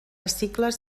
cicles